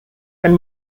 and